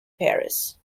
paris